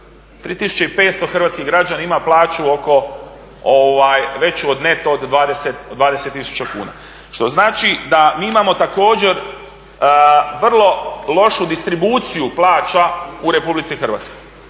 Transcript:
3500 hrvatskih građana ima plaću veću neto od 20 tisuća kuna. Što znači da mi imamo također vrlo lošu distribuciju plaća u Republici Hrvatskoj.